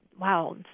wow